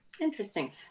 Interesting